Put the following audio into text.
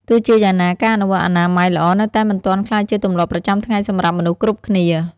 ទោះជាយ៉ាងណា ការអនុវត្តអនាម័យល្អនៅតែមិនទាន់ក្លាយជាទម្លាប់ប្រចាំថ្ងៃសម្រាប់មនុស្សគ្រប់គ្នា។